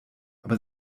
aber